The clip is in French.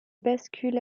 bascule